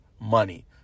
money